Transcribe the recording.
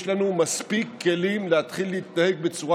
יש לנו מספיק כלים להתחיל להתנהג בצורה